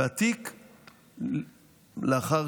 ולאחר